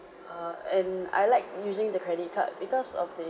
err and I like using the credit card because of the